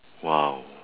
!wow!